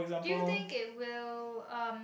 do you think it will um